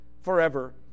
forever